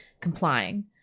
complying